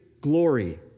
glory